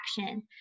action